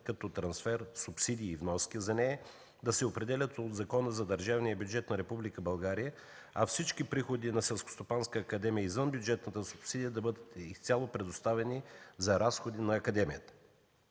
като трансфер, субсидии и вноски за нея да се определят от Закона за държавния бюджет на Република България, а всички приходи на Селскостопанската академия и извънбюджетната субсидия да бъдат изцяло предоставени за разходи на академията.